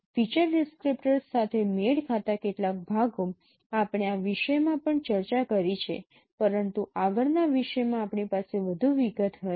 feature descriptors સાથે મેળ ખાતા કેટલાક ભાગો આપણે આ વિષયમાં પણ ચર્ચા કરી છે પરંતુ આગળ ના વિષય માં આપણી પાસે વધુ વિગત હશે